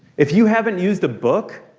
if you haven't used a book,